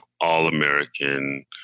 all-American